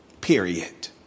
period